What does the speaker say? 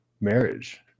marriage